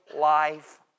life